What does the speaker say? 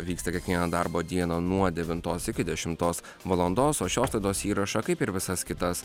vyksta kiekvieną darbo dieną nuo devintos iki dešimtos valandos o šios laidos įrašą kaip ir visas kitas